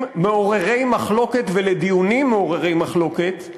מעוררי מחלוקת ודיונים מעוררי מחלוקת,